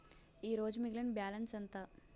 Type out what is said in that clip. ఈరోజు మిగిలిన బ్యాలెన్స్ ఎంత?